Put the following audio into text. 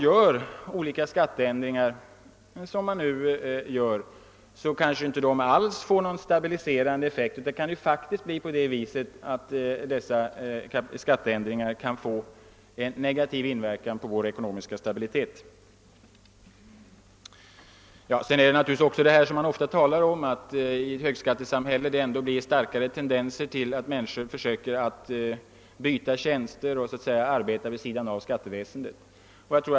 De olika skatteändringar som man inför kanske då inte alls får någon stabiliserande effekt — det kan bli så att de i stället får en negativ inverkan på vår ekonomiska stabilitet. Härtill kommer naturligtvis det förhållande som man ofta talar om, att människor i ett högskattesamhälle visar starkare tendenser att byta tjänster och så att säga arbeta vid sidan av skatteväsendet.